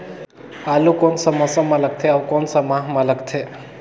आलू कोन सा मौसम मां लगथे अउ कोन सा माह मां लगथे?